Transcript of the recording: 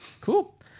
cool